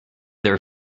their